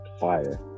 fire